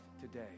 today